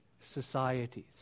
societies